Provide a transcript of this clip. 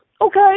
okay